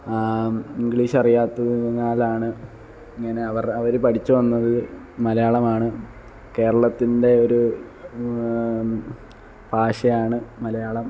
English അറിയാത്തതിനാലാണ് ഇങ്ങനെ അവർ അവർ പഠിച്ചുവന്നത് മലയാളമാണ് കേരളത്തിൻ്റെ ഒരു ഭാഷയാണ് മലയാളം